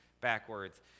backwards